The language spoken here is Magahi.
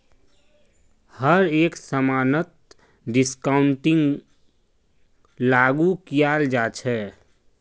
हर एक समानत डिस्काउंटिंगक लागू कियाल जा छ